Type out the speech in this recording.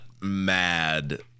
mad